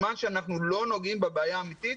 בנובמבר 2020. כיוון שהנושא עלה לכותרות בימים האחרונים,